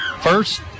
first